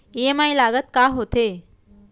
EMI लागत का होथे?